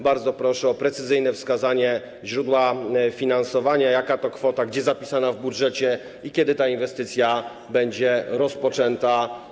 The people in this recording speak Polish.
Bardzo proszę o precyzyjne wskazanie źródła finansowania, jaka to kwota, gdzie zapisana w budżecie i kiedy ta inwestycja będzie rozpoczęta?